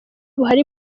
buhari